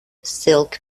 silk